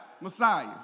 Messiah